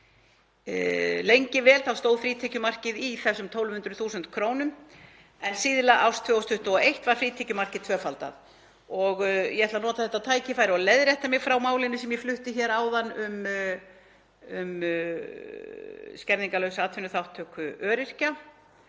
Lengi vel stóð frítekjumarkið í 1.200.000 kr. en síðla árs 2021 var frítekjumarkið tvöfaldað.“ Ég ætla að nota þetta tækifæri og leiðrétta mig í málinu sem ég flutti hér áðan um skerðingarlausa atvinnuþátttöku öryrkja.